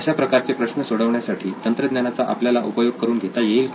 अशा प्रकारचे प्रश्न सोडवण्यासाठी तंत्रज्ञानाचा आपल्याला उपयोग करून घेता येईल का